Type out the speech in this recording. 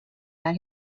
that